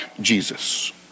Jesus